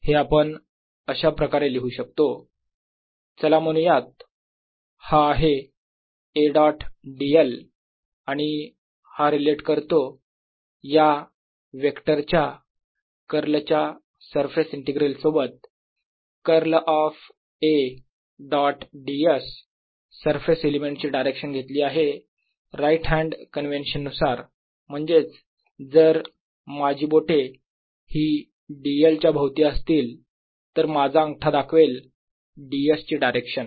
हे आपण अशा प्रकारे लिहू शकतो चला म्हणूयात हा आहे A डॉट dl आणि हा रिलेट करतो या वेक्टर च्या कर्ल च्या सरफेस इंटीग्रल सोबत curl of A dot ds surface element ची डायरेक्शन घेतली आहे राईट हॅन्ड कन्व्हेन्शन नुसार म्हणजेच जर माझी बोटे ही dl च्या भोवती असतील तर माझा अंगठा दाखवेल ds ची डायरेक्शन